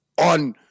on